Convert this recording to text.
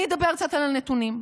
אני אדבר קצת על הנתונים.